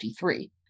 1953